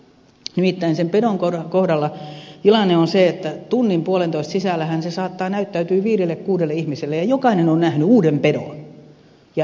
nimittäin sen pedon kohdalla tilanne on se että tunnin puolentoista sisällähän se saattaa näyttäytyä viidelle kuudelle ihmiselle ja jokainen on nähnyt uuden pedon